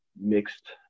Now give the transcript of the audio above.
mixed